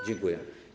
Dziękuję.